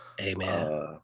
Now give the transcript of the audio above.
Amen